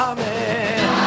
Amen